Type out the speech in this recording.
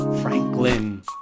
Franklin